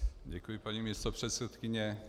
Děkuji, paní místopředsedkyně.